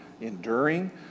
enduring